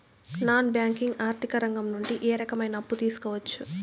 Non banking ఆర్థిక రంగం నుండి ఏ రకమైన అప్పు తీసుకోవచ్చు?